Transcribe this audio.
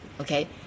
Okay